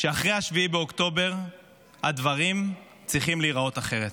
שאחרי 7 באוקטובר הדברים צריכים להיראות אחרת.